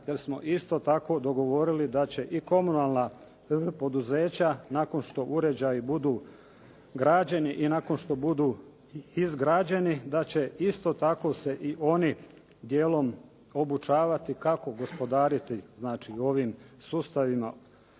Jer smo isto tako dogovorili da će i komunalna poduzeća nakon što uređaji budu građeni i nakon što budu izgrađeni da će se isto tako se i oni dijelom obučavati kako gospodariti ovim sustavima